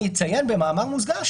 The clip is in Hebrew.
אני אציין במאמר מוסגר,